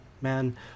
man